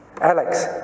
Alex